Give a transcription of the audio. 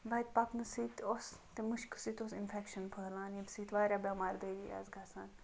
وَتہِ پَکنہٕ سۭتۍ اوس تمہِ مٕشکہٕ سۭتۍ اوس اِنفیٚکشَن پھٔہلان ییٚمہِ سۭتۍ واریاہ بیٚمار دٲری آسہٕ گَژھان